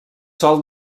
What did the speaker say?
sol